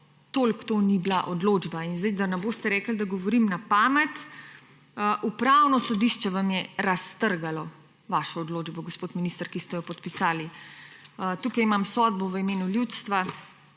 toliko to ni bila odločba. Da ne boste rekli, da govorim na pamet, Upravno sodišče vam je raztrgalo vašo odločbo, gospod minister, ki ste jo podpisali. Tukaj imam sodbo v imenu ljudstva,